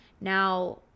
Now